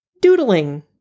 doodling